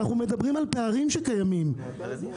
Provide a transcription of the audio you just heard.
קיימים פערים.